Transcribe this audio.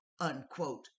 unquote